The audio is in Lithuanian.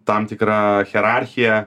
tam tikra hierarchija